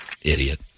Idiot